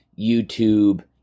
YouTube